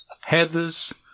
Heather's